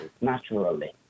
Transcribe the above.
naturally